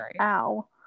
ow